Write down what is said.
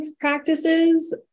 practices